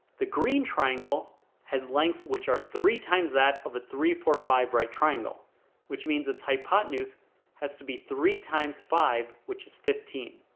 the green triangle has lengths which are three times that of a three four five right triangle which means its hypotenuse has to be three times five which is fifteen